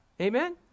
Amen